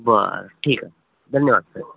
बरं ठीक आहे धन्यवाद सर